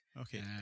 Okay